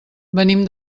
venim